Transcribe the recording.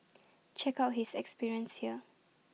check out his experience here